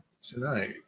tonight